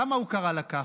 למה הוא קרא לה ככה?